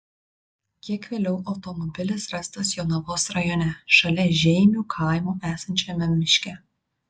kiek vėliau automobilis rastas jonavos rajone šalia žeimių kaimo esančiame miške